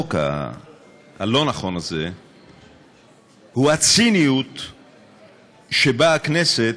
לחוק הלא-הנכון הזה היא הציניות שבה הכנסת,